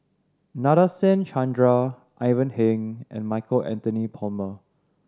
Nadasen Chandra Ivan Heng and Michael Anthony Palmer